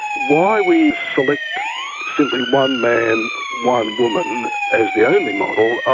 why we select simply one man, one woman as the only model,